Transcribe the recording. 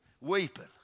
weeping